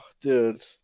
dude